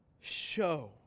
show